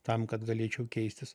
tam kad galėčiau keistis